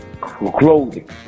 clothing